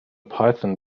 python